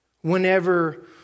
whenever